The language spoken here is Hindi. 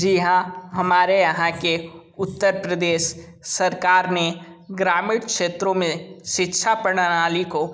जी हाँ हमारे यहाँ के उत्तर प्रदेश सरकार ने ग्रामीण क्षेत्रों में शिक्षा प्रणाली को